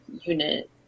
unit